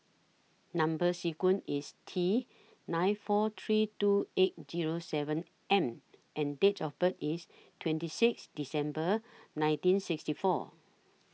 Number sequence IS T nine four three two eight Zero seven M and Date of birth IS twenty six December nineteen sixty four